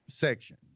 section